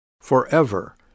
forever